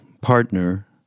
partner